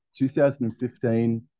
2015